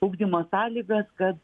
ugdymo sąlygas kad